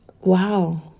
wow